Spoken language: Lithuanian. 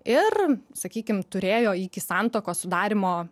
ir sakykim turėjo iki santuokos sudarymo